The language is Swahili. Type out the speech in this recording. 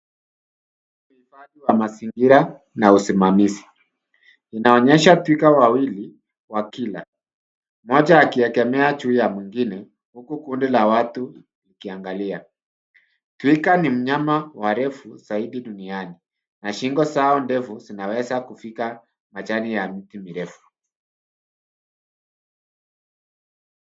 Uhifadhi wa mazingira na usimamizi inaonyesha twiga wawili wakila. Mmoja akiegemea juu ya mwingine huku kundi la watu likiangalia. Twiga ni mnyama warefu zaidi duniani na shingo zao ndefu zinaweza kufika majani ya miti mirefu.